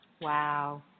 Wow